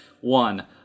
one